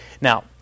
Now